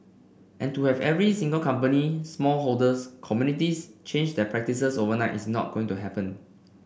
and to have every single company small holders communities change their practices overnight is not going to happen